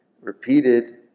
repeated